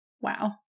Wow